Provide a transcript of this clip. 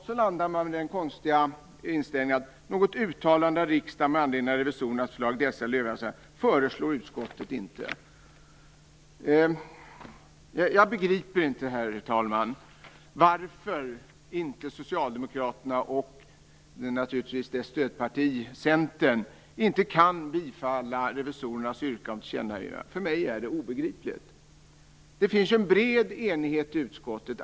Så landar man i den något konstiga inställningen: "Något uttalande av riksdagen med anledning av revisorernas förslag i dessa eller övriga avseenden föreslår utskottet dock inte." Jag begriper inte, herr talman, varför Socialdemokraterna och stödpartiet Centern inte kan bifalla revisorernas yrkande om tillkännagivande. För mig är det obegripligt. Det finns en bred enighet i utskottet.